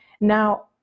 now